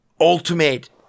ultimate